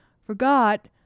forgot